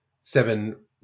seven